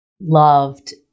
loved